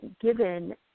given